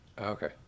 okay